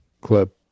clip